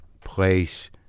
place